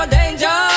danger